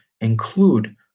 include